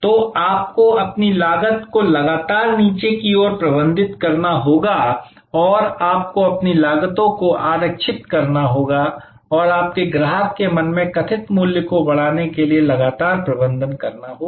तो आपको अपनी लागत को लगातार नीचे की ओर प्रबंधित करना होगा और आपको अपनी लागतों को आरक्षित करना होगा और आपको ग्राहक के मन में कथित मूल्य को बढ़ाने के लिए लगातार प्रबंधन करना होगा